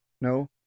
No